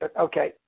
Okay